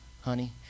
honey